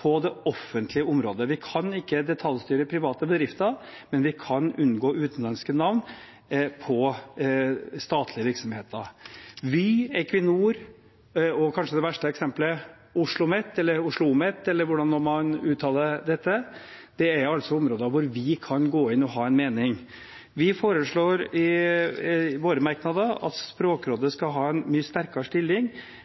på det offentlige området. Vi kan ikke detaljstyre private bedrifter, men vi kan unngå utenlandske navn på statlige virksomheter. Vy, Equinor og OsloMet – kanskje det verste eksemplet – er områder hvor vi kan gå inn og ha en mening. Vi foreslår i våre merknader at Språkrådet skal ha en mye sterkere stilling